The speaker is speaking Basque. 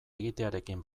egitearekin